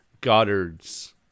goddard's